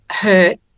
hurt